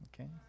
Okay